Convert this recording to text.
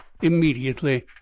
immediately